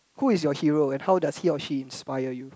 who is your hero and how does he or she inspire you